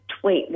tweet